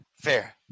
Fair